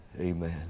Amen